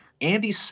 Andy